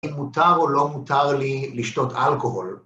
אם מותר או לא מותר לי לשתות אלכוהול.